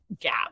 gap